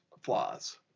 flaws